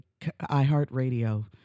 iHeartRadio